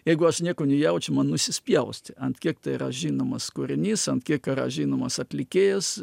jeigu aš nieko nejaučiu man nusispjausti ant kiek tai yra žinomas kūrinys ant kiek yra žinomas atlikėjas